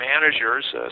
Managers